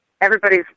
Everybody's